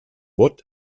vot